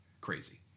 crazy